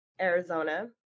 Arizona